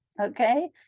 okay